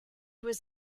was